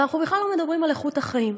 אנחנו בכלל לא מדברים על איכות החיים.